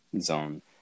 zone